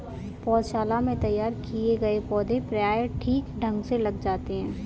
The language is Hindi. पौधशाला में तैयार किए गए पौधे प्रायः ठीक ढंग से लग जाते हैं